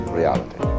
reality